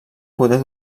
poder